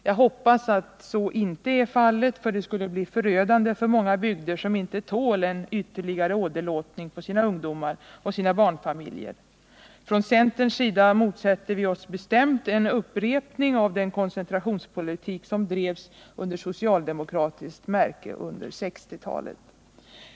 Jag hoppas att så inte är fallet, för det skulle bli förödande för många bygder som inte tål en ytterligare åderlåtning på sina ungdomar och sina barnfamiljer. Från centerns sida motsätter vi oss bestämt en upprepning av den koncentrationspolitik som drevs med socialdemokratiskt märke under 1960-talet.